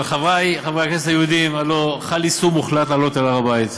חברי חברי הכנסת היהודים הלוא חל איסור מוחלט לעלות להר-הבית,